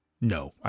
No